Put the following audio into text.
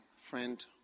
friend